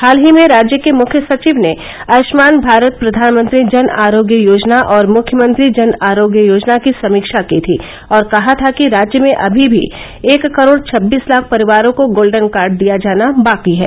हाल ही में राज्य के मुख्य सचिव ने आयुष्मान भारत प्रधानमंत्री जन आरोग्य योजना और मुख्यमंत्री जन आरोग्य योजना की समीक्षा की थी और कहा था कि राज्य में अभी भी एक करोड़ छब्बीस लाख परिवारों को गोल्डन कार्ड दिया जाना वाकी है